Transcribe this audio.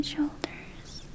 Shoulders